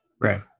Right